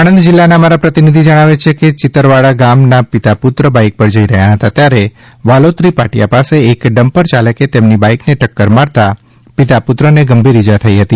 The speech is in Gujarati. આણંદ જિલ્લાના અમારા પ્રતિનિધી જણાવે છે કે ચિતરવાડા ગામના પિતા પુત્ર બાઇક પર જઇ રહ્યા હતા ત્યારે વાલોત્રી પાટીયા પાસે એક ડમ્પર યાલકે તેમની બાઇકને ટક્કર મારતા પિતા પુત્રને ગંભીર ઇજા થઇ હતી